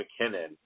McKinnon